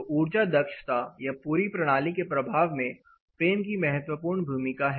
तो ऊर्जा दक्षता या पूरी प्रणाली के प्रभाव में फ्रेम की महत्वपूर्ण भूमिका है